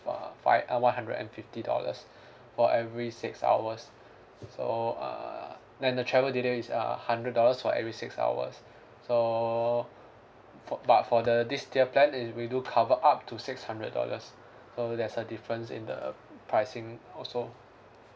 uh fi~ uh one hundred and fifty dollars for every six hours so err then the travel delay is err hundred dollars for every six hours so for but for the this tier plan is we do cover up to six hundred dollars so there's a difference in the pricing also